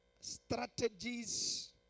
Strategies